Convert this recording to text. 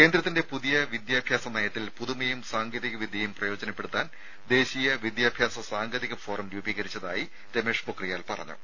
കേന്ദ്രത്തിന്റെ പുതിയ വിദ്യാഭ്യാസ നയത്തിൽ പുതുമയും സാങ്കേതിക വിദ്യയും പ്രയോജനപ്പെടുത്താൻ ദേശീയ വിദ്യാഭ്യാസ സാങ്കേതിക ഫോറം രൂപീകരിച്ചതായി രമേഷ് പൊഖ്രിയാൽ പറഞ്ഞു